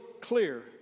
clear